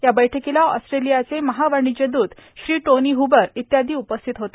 या बैठकॉला ऑस्ट्रोलयाचे महावाणज्यदूत श्री टोनी हबर आदो उपस्थित होते